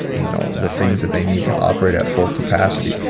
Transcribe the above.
you know, the things that they need to operate at full capacity.